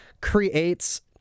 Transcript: creates